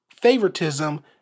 favoritism